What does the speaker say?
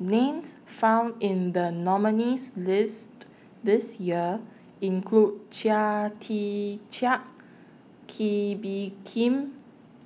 Names found in The nominees' list This Year include Chia Tee Chiak Kee Bee Khim